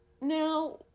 Now